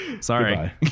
Sorry